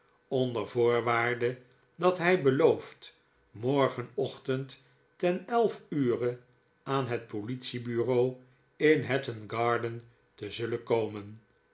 onder voorwaarde dat hij beloofd morgenochtend ten elf ure aan het politie-bureau in hatton garden te zullen komen